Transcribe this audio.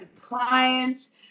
clients